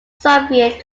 soviet